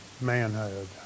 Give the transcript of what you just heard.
manhood